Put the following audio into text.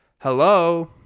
hello